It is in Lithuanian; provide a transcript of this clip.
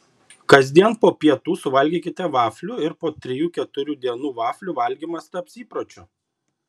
kasdien po pietų suvalgykite vaflių ir po trijų keturių dienų vaflių valgymas taps įpročiu